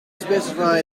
specify